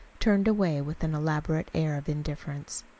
turned away with an elaborate air of indifference.